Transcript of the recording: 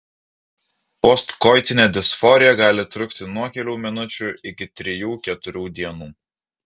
postkoitinė disforija gali trukti nuo kelių minučių iki trijų keturių dienų